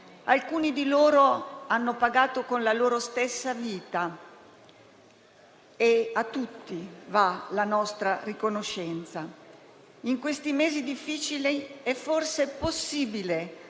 Alcuni di loro hanno pagato con la loro stessa vita e a tutti va la nostra riconoscenza. In questi mesi difficili è forse possibile